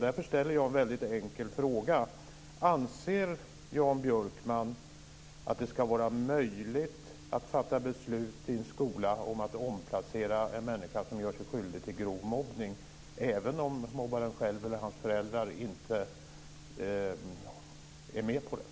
Därför ställer jag en mycket enkel fråga: Anser Jan Björkman att det i en skola ska vara möjligt att fatta beslut om att omplacera en människa som gör sig skyldig till grov mobbning även om mobbaren själv eller hans föräldrar inte är med på det?